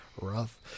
rough